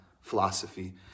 philosophy